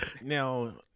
Now